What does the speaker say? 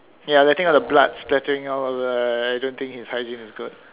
ya letting all the blood splattering all over right I don't think his hygiene is good